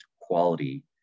quality